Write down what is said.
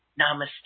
Namaste